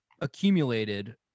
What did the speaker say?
accumulated